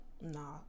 nah